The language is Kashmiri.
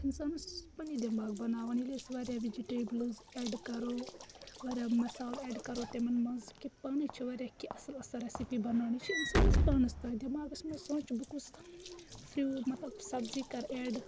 اِنسانَس پَننہِ دِماگہ بَناوان ییٚلہِ أسۍ وَارِیاہ وِجِٹیبلٕز ایٚڈ کَرو وارِیاہ مَسالہ ایٚڈ کَرو تِمَن منٛز کہِ پانَے چھِ وَارِیاہ کیٚنٛہہ اَصٕل اَصٕل ریٚسپی بَناونہِ چھ اِنسانَس پانَس تانۍ دٮ۪ماگَس منٛز سونٛچو بہٕ کُس فرو مَطلَب سَبزی کَرٕ ایٚڈ